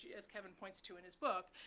as kevin points to in his book.